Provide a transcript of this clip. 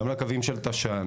גם לקווים של תש"ן.